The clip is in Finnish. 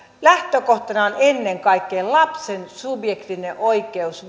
lähtökohtana on ennen kaikkea lapsen subjektiivinen oikeus